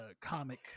comic